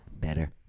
better